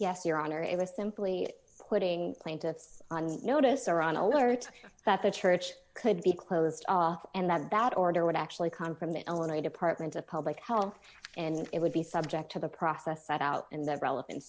honor it was simply putting plaintiffs on notice are on alert that the church could be closed off and that that order would actually come from the illinois department of public health and it would be subject to the process set out in that relevan